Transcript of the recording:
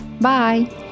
Bye